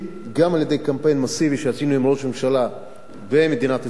גם על-ידי קמפיין מסיבי שעשינו עם ראש הממשלה במדינת ישראל,